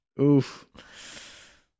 Oof